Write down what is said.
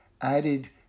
added